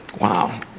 Wow